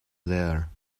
there